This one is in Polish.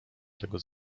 tego